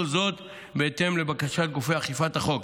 וכל זאת בהתאם לבקשה של גופי אכיפת החוק.